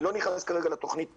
אני לא נכנס כרגע לתוכנית עצמה.